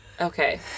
Okay